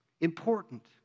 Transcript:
Important